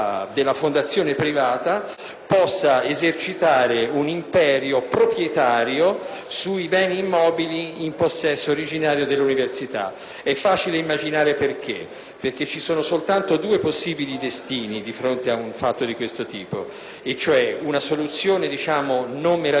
possa esercitare un imperio proprietario sui beni immobili in possesso originario dell'università. È facile immaginare perché. Ci sono, infatti, soltanto due possibili destini di fronte a un fatto di questo tipo: secondo una prima soluzione non meravigliosa ma sopportabile